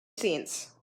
sense